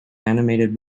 animated